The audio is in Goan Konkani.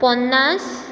पन्नास